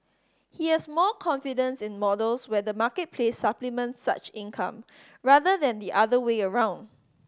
he has more confidence in models where the marketplace supplements such income rather than the other way around